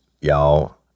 Y'all